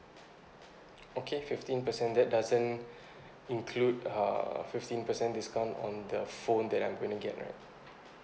okay fifteen percent that doesn't include uh fifteen percent discount on the phone that I'm gonna get right